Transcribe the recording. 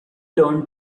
turned